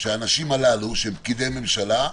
שהאנשים הללו, שהם פקידי ממשלה,